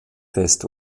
fest